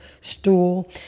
stool